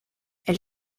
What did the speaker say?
elle